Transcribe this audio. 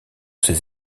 ses